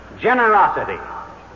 generosity